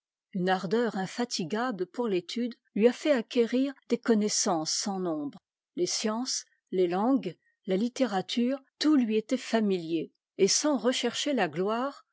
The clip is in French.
une ardeur infatigable pour l'étude lui a fait acquérir des connaissances sans nombre les sciences les langues la littérature tout lui était familier et sans rechercher la gloire